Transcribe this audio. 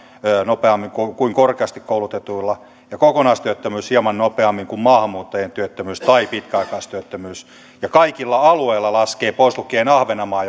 nopeammin kuin kuin korkeasti koulutetuilla kokonaistyöttömyys hieman nopeammin kuin maahanmuuttajien työttömyys tai pitkäaikaistyöttömyys ja laskee kaikilla alueilla pois lukien ahvenanmaa